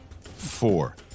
four